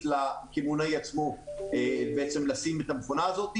לקמעונאי עצמו לשים את המכונה הזאת,